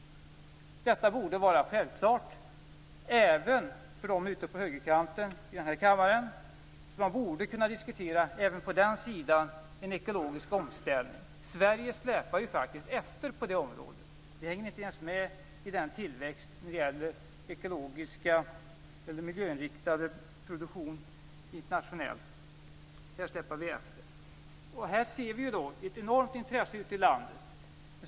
Detta borde vara självklart även för dem ute på högerkanten som finns i denna kammare, så man borde även på den sidan kunna diskutera en ekologisk omställning. Sverige släpar faktiskt efter på det området. Vi hänger inte ens med i tillväxten när det gäller ekologisk eller miljöinriktad produktion internationellt. Där släpar vi efter. Vi kan i det sammanhanget se ett enormt intresse ute i landet.